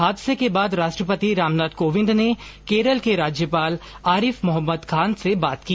हादसे के बाद राष्ट्रपति रामनाथ कोविंद ने केरल के राज्यपाल आरिफ मोहम्मद खान से बात की